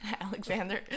Alexander